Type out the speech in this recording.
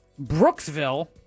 Brooksville